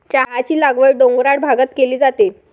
चहाची लागवड डोंगराळ भागात केली जाते